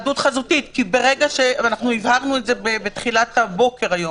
חזותית, והבהרנו את זה בתחילת הבוקר היום,